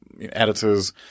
editor's